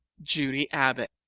judy abbott